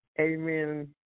Amen